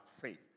faith